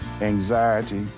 anxiety